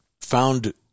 found